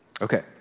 Okay